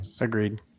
Agreed